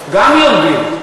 גם יורדים.